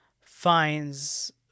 finds